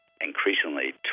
increasingly